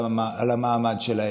על המעמד שלהם.